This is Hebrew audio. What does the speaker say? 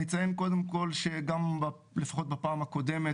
אני אציין קודם כל שלפחות בפעם הקודמת,